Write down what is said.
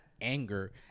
anger